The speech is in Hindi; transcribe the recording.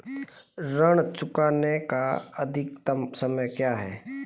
ऋण चुकाने का अधिकतम समय क्या है?